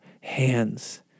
hands